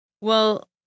Well-